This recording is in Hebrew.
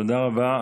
תודה רבה.